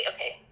Okay